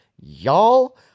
y'all